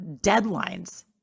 Deadlines